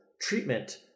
treatment